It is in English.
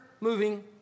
Moving